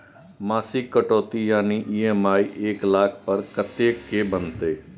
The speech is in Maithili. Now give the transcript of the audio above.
मासिक कटौती यानी ई.एम.आई एक लाख पर कत्ते के बनते?